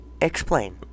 explain